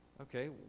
okay